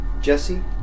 Jesse